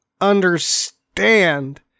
understand